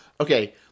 okay